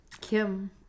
Kim